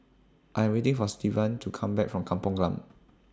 I Am waiting For Stevan to Come Back from Kampung Glam